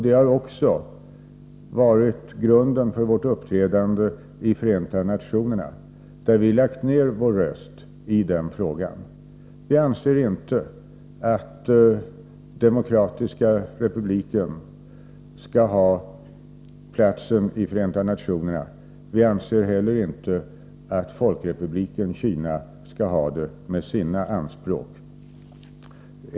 Det har också varit grunden för vårt uppträdande i Förenta nationerna, där vi har lagt ned vår röst i den frågan. Vi anser inte att Demokratiska Kampuchea skall ha platsen i Förenta nationerna. Vi anser heller inte att Folkrepubliken Kampuchea skall ha den.